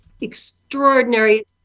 extraordinary